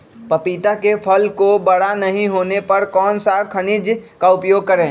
पपीता के फल को बड़ा नहीं होने पर कौन सा खनिज का उपयोग करें?